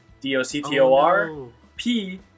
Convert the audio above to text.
D-O-C-T-O-R-P